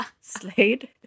Slade